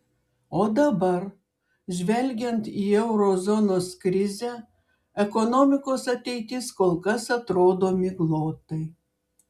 o dabar žvelgiant į euro zonos krizę ekonomikos ateitis kol kas atrodo miglotai